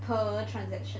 per transaction